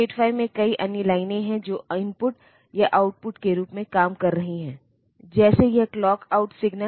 8085 में कई अन्य लाइनें हैं जो इनपुट या आउटपुट के रूप में काम कर रही हैं जैसे यह क्लॉक आउट सिग्नल